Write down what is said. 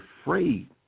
afraid